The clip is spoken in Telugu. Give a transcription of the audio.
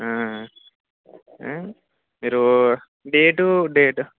మీరు డేట్ డేట్